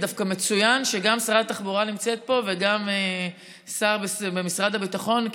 זה דווקא מצוין שגם שרת התחבורה נמצאת פה וגם השר במשרד הביטחון,